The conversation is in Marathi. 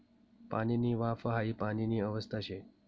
पाणीनी वाफ हाई पाणीनी अवस्था शे